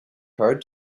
card